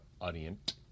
audience